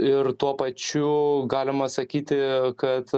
ir tuo pačiu galima sakyti kad